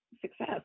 success